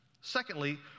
Secondly